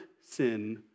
sin